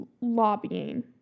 lobbying